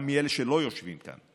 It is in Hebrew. גם אלה שלא יושבים כאן,